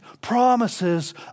promises